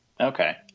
Okay